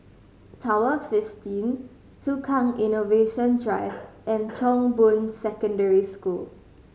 Tower Fifteen Tukang Innovation Drive and Chong Boon Secondary School